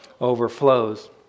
overflows